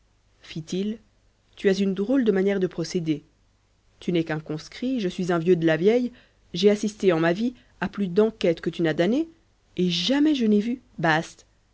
fit-il tu as une drôle de manière de procéder tu n'es qu'un conscrit je suis un vieux de la vieille j'ai assisté en ma vie à plus d'enquêtes que tu n'as d'années et jamais je n'ai vu bast